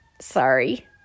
Sorry